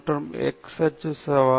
எனவே இதை எல்லாம் விட்டு விடுவோம்